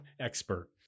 Expert